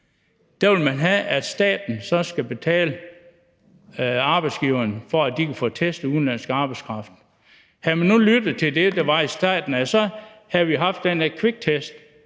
man vil have, at staten skal betale arbejdsgiverne for, at de kan få testet udenlandsk arbejdskraft. Havde man nu lyttet til det, der blev foreslået i starten, så havde vi fået den kviktest,